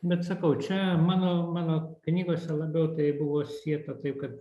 bet sakau čia mano mano knygose labiau tai buvo sieta taip kad